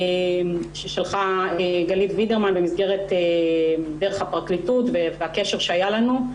ששלחה גלית וידרמן דרך הפרקליטות והקשר שהיה לנו,